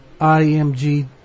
IMG